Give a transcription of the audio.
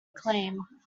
acclaim